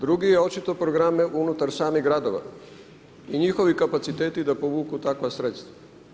Drugi je očito program unutar samih gradova i njihovi kapaciteti da povuku takva sredstva.